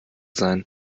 sein